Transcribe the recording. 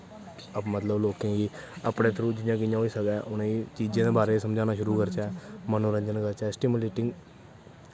मतलब लोकें गी अपने थ्रू जि'यां कि'यां होई सकै उ'नें गी चीजें दे बारे च समझाना शुरु करचै मनोरंजन करचै सटिमूलैटिंग